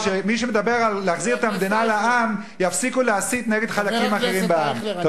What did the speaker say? ושמי שמדבר על להחזיר את המדינה לעם יפסיק להסית נגד חלקים אחרים בעם.